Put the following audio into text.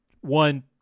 one